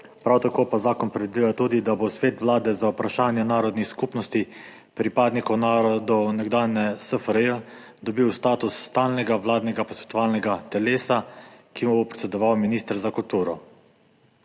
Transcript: Prav tako pa zakon predvideva tudi, da bo Svet Vlade za vprašanja narodnih skupnosti pripadnikov narodov nekdanje SFRJ dobil status stalnega vladnega posvetovalnega telesa, ki mu bo predsedoval minister za kulturo.